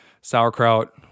sauerkraut